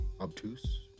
Obtuse